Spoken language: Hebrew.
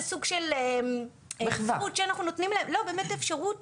זה סוג של זכות שאנחנו נותנים להם באמת אפשרות